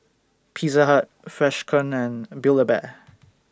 Pizza Hut Freshkon and Build A Bear